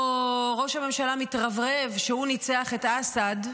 פה ראש הממשלה מתרברב שהוא ניצח את אסד.